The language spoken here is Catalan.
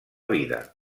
vida